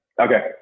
okay